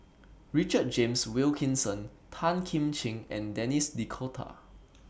Richard James Wilkinson Tan Kim Ching and Denis D'Cotta